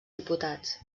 diputats